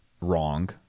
wrong